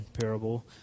parable